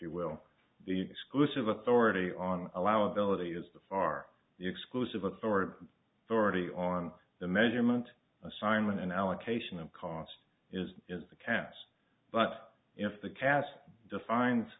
you will the exclusive authority on allow ability is the far exclusive authority for already on the measurement assignment and allocation of cost is is the cas but if the cas defines